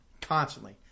constantly